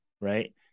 right